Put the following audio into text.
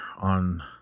on